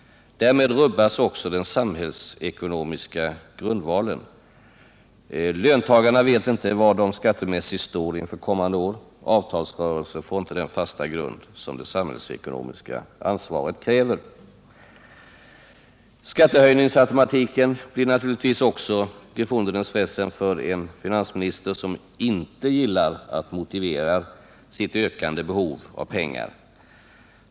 Därmed rubbas också den samhällsekonomiska grundvalen. Löntagarna vet inte var de skattemässigt sett står inför kommande år. Avtalsrörelsen får inte den fasta grund som det samhällsekonomiska ansvaret kräver. Skattehöjningsautomatiken blir naturligtvis också ”gefundenes Fressen” för en finansminister som inte gillar att motivera sitt ökande behov av pengar.